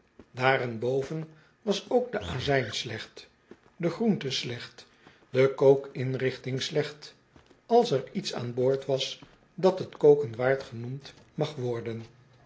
daarenboven was ook de azijn slecht de groente slecht de kookinrichting slecht als er iets aan boord was dat t koken waard genoemd mag worden